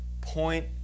point